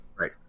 Right